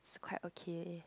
it's quite okay